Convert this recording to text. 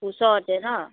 ওচৰতে ন